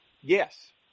Yes